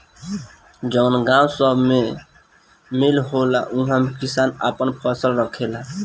जवन गावं सभ मे मील होला उहा किसान आपन फसल राखेला